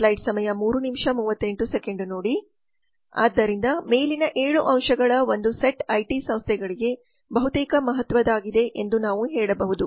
ಆದ್ದರಿಂದ ಮೇಲಿನ 7 ಅಂಶಗಳ ಒಂದು ಸೆಟ್ ಐಟಿ ಸಂಸ್ಥೆಗಳಿಗೆ ಬಹುತೇಕ ಮಹತ್ವದ್ದಾಗಿದೆ ಎಂದು ನಾವು ಹೇಳಬಹುದು